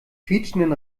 quietschenden